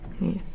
yes